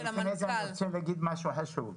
אני רוצה לומר משהו חשוב.